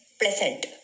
pleasant